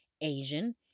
Asian